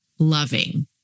loving